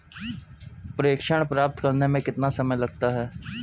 प्रेषण प्राप्त करने में कितना समय लगता है?